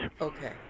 Okay